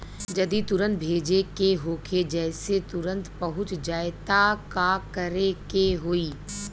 जदि तुरन्त भेजे के होखे जैसे तुरंत पहुँच जाए त का करे के होई?